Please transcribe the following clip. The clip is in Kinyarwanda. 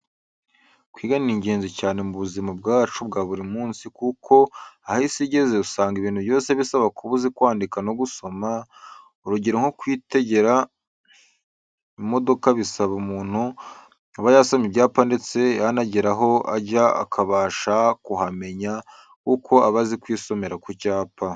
Kwiga ni ingenzi cyane mu buzima bwacu bwa buri munsi kuko aho isi igeze usanga ibintu byose bisaba kuba uzi kwandika no gusoma, urugero nko kwitegera imodoka bisaba ko umuntu aba yasomye ibyapa ndetse yanagera aho ajya akabasha kuhamenya kuko aba azi kwisomera ku cyapa.